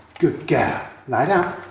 good girl. lie down.